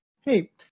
hey